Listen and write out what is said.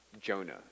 Jonah